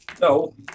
No